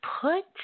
put